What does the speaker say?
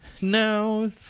No